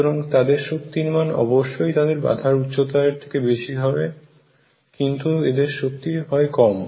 সুতরাং তাদের শক্তির মান অবশ্যই তাদের বাধার উচ্চতা এর থেকে বেশি হবে কিন্তু এদের শক্তি হয় কম